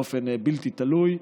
באופן בלתי תלוי.